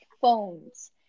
phones